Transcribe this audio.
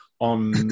on